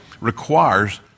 requires